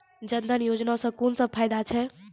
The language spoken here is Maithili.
जनधन योजना सॅ कून सब फायदा छै?